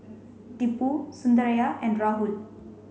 Tipu Sundaraiah and Rahul